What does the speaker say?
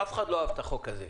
אף אחד לא אהב את החוק הזה,